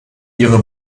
ihre